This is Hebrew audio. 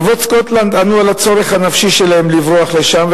ערבות סקוטלנד ענו על הצורך הנפשי שלהם לברוח שם,